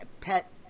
pet